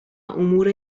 امور